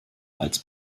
als